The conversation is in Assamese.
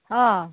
অঁ